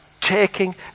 taking